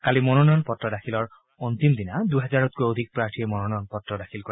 কালি মনোনয়ন পত্ৰ দাখিলৰ অন্তিম দিনা দুহেজাৰতকৈ অধিক প্ৰাৰ্থীয়ে মনোনয়ন পত্ৰ দাখিল কৰে